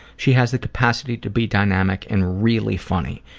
she has the capacity to be dynamic and really funny.